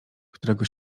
którego